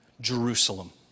Jerusalem